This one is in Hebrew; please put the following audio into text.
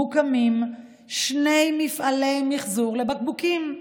מוקמים שני מפעלי מחזור לבקבוקים,